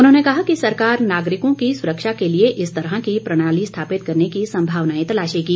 उन्होंने कहा कि सरकार नागरिकों की सुरक्षा के लिए इस तरह की प्रणाली स्थापित करने की संभावनाएं तलाशेगी